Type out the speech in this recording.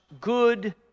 good